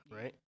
right